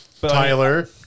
Tyler